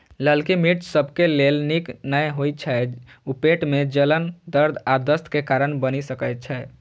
ललकी मिर्च सबके लेल नीक नै होइ छै, ऊ पेट मे जलन, दर्द आ दस्त के कारण बनि सकै छै